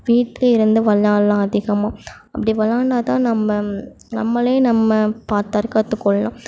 வீட்டிலேருந்து விளையாடலாம் அதிகமாக அப்படி விளையாண்டாதான் நம்ம நம்மளே நம்மை பாதுகாத்து கொள்ளலாம்